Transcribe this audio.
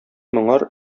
моңар